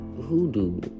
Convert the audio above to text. hoodoo